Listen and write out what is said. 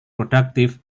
productive